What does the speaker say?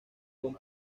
con